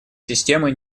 системы